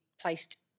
placed